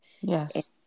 Yes